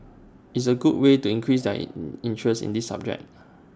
it's A good way to increase their interest in this subject